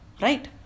right